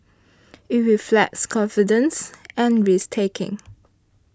it reflects confidence and risk taking